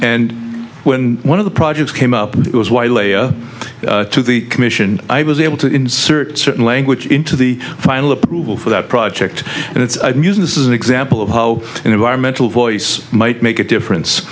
and when one of the projects came up and it was why layer to the commission i was able to insert certain language into the final approval for that project and it's amusing this is an example of how an environmental voice might make a difference